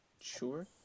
sure